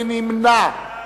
מי נמנע?